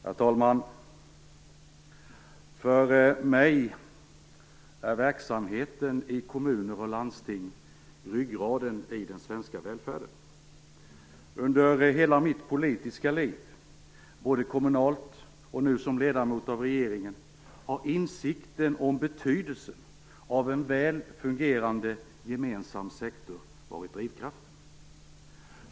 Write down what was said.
Herr talman! För mig är verksamheten i kommuner och landsting ryggraden i den svenska välfärden. Under hela mitt politiska liv, både kommunalt och nu som ledamot av regeringen, har insikten om betydelsen av en väl fungerande gemensam sektor varit drivkraften.